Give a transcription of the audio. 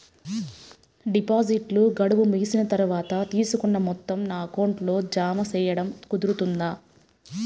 డిపాజిట్లు గడువు ముగిసిన తర్వాత, తీసుకున్న మొత్తం నా అకౌంట్ లో జామ సేయడం కుదురుతుందా?